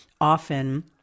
often